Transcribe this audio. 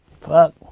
fuck